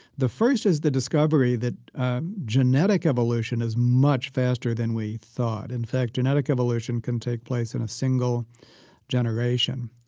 the first is the discovery that genetic evolution is much faster than we thought. in fact, genetic evolution can take place in a single generation.